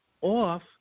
off